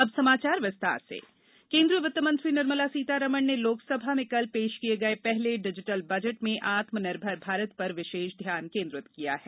अब समाचार विस्तार से बजट वित्त मंत्री निर्मला सीतारामन ने लोकसभा में कल पेश किये गए पहले डिजिटल बजट में आत्मनिर्भर भारत पर विशेष ध्यान केंद्रित किया है